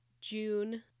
June